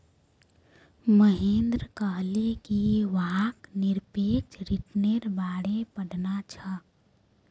महेंद्र कहले कि वहाक् निरपेक्ष रिटर्न्नेर बारे पढ़ना छ